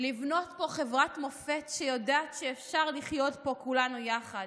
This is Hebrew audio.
לבנות פה חברת מופת שיודעת שאפשר לחיות פה כולנו יחד,